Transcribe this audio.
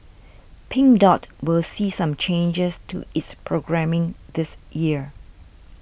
Pink Dot will see some changes to its programming this year